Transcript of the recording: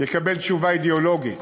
יקבל תשובה אידיאולוגית,